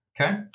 Okay